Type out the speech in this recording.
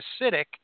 acidic